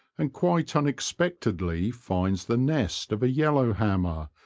and quite unexpectedly finds the nest of a yellow-hammer,